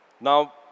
Now